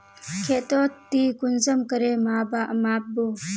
खेतोक ती कुंसम करे माप बो?